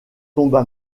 tomba